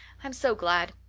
i'm so glad.